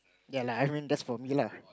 yea lah I mean that's for me lah